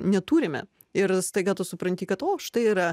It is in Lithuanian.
neturime ir staiga tu supranti kad o štai yra